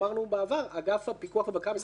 אגף פיקוח ובקרה במשרד החקלאות,